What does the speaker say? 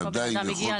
מאיפה בן אדם מגיע,